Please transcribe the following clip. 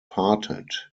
parted